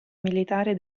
militare